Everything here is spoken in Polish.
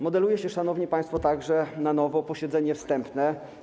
Modeluje się, szanowni państwo, także na nowo posiedzenie wstępne.